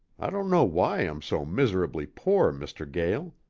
i don't know why i'm so miserably poor, mr. gael.